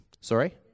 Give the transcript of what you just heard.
Sorry